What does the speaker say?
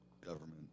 government